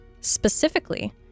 Specifically